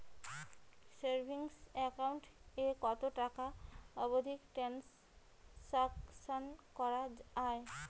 Savings account এ কতো টাকা অবধি ট্রানসাকশান করা য়ায়?